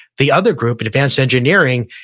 the other group, and advanced engineering,